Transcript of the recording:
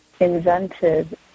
invented